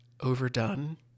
overdone